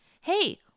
Hey